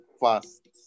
fast